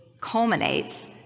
culminates